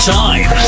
time